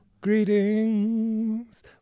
Greetings